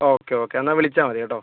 okay okay എന്നാൽ വിളിച്ചാൽ മതി കേട്ടോ